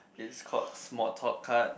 is called small thought card